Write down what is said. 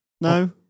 no